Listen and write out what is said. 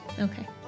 Okay